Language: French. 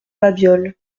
babioles